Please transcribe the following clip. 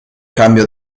cambio